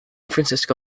francisco